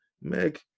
Meg